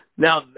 Now